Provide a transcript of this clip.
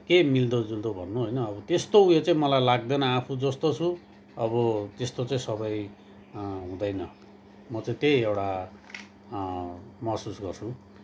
के मिल्दो जुल्दो भन्नु होइन अब त्यस्तो उयो चाहिँ मलाई लाग्दैन आफू जस्तो अब त्यस्तो चाहिँ सबै हुँदैन म चाहिँ त्यहि एउटा महसुस गर्छु